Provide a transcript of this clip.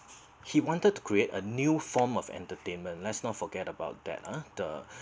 he wanted to create a new form of entertainment let's not forget about that ah the